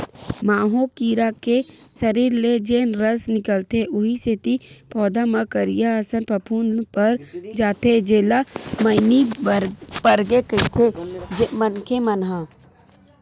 माहो कीरा के सरीर ले जेन रस निकलथे उहीं सेती पउधा म करिया असन फफूंद पर जाथे जेला मइनी परगे कहिथे मनखे मन ह